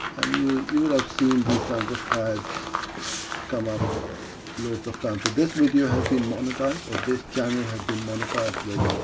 and you you will have seen these kinds of ads come up loads of times. so this video has been monetized or this channel has been monetized with